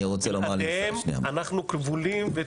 בלעדיהם אנחנו כבולים,